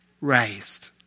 raised